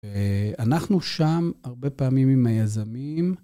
אנחנו שם הרבה פעמים עם היזמים.